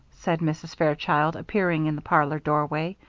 said mrs. fairchild, appearing in the parlor doorway.